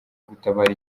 gutabara